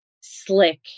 slick